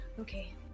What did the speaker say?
Okay